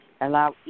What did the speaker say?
Allow